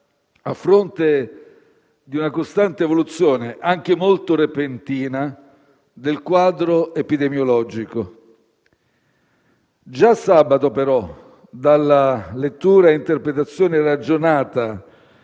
a fronte di una costante evoluzione, anche molto repentina, del quadro epidemiologico. Già sabato, però, la lettura e l'interpretazione ragionata